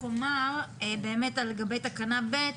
חשוב לי לחזור על אותה בקשה של הוועדה,